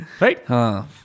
Right